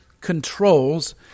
controls